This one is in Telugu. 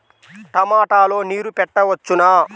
టమాట లో నీరు పెట్టవచ్చునా?